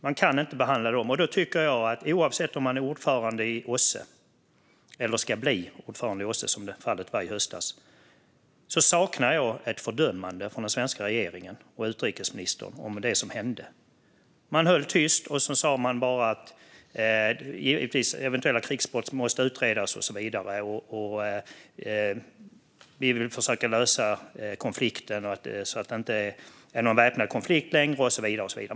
Man kan inte behandla dem som likvärdiga, och då tycker jag att oavsett om man är eller ska bli ordförande i OSSE, som fallet var i höstas, saknar jag ett fördömande från den svenska regeringen och utrikesministern om det som hände. Man höll tyst och sa bara att eventuella krigsbrott måste utredas och så vidare och att vi vill försöka lösa konflikten så att det inte är någon väpnad konflikt längre och så vidare.